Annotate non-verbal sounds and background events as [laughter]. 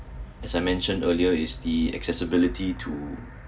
[breath] as I mentioned earlier is the accessibility to